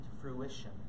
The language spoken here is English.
fruition